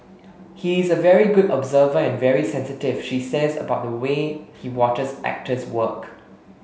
he is a very good observer and very sensitive she says about the way he watches actors work